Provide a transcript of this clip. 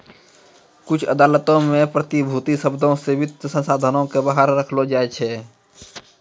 कुछु अदालतो मे प्रतिभूति शब्दो से वित्तीय साधनो के बाहर रखलो जाय छै